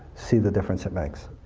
see the difference it makes.